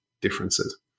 differences